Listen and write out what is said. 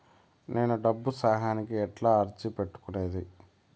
నేను డబ్బు సహాయానికి ఎట్లా అర్జీ పెట్టుకునేది?